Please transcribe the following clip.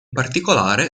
particolare